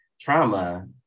trauma